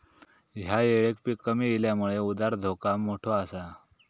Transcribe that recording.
ह्या येळेक पीक कमी इल्यामुळे उधार धोका मोठो आसा